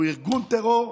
הוא ארגון טרור,